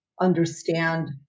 understand